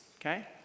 okay